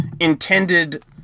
intended